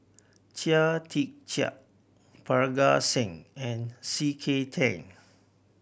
Chia Tee Chiak Parga Singh and C K Tang